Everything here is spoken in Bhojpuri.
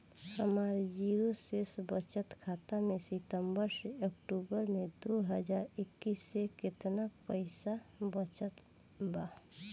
हमार जीरो शेष बचत खाता में सितंबर से अक्तूबर में दो हज़ार इक्कीस में केतना पइसा बचल बा?